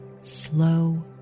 slow